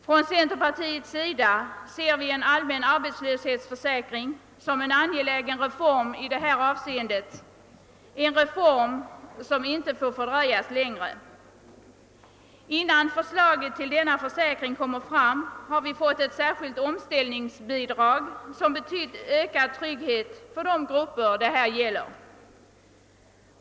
Från centerpartiets sida ser vi en allmän arbetslöshetsförsäkring som en angelägen reform i detta avseende, en reform som inte får fördröjas längre. Innan förslaget till denna försäkring kom mer fram har vi fått ett särskilt omställningsbidrag som betyder ökad trygghet för de grupper det här gäller.